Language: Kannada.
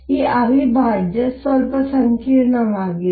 ಈ ಅವಿಭಾಜ್ಯ ಸ್ವಲ್ಪ ಸಂಕೀರ್ಣವಾಗಿದೆ